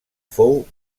fou